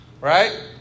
right